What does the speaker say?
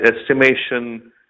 estimation